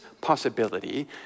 possibility